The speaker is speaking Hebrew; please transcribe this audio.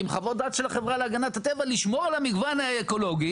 עם חוות דעת של החברה להגנת הטבע כדי לשמור על המגוון האקולוגי